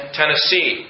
Tennessee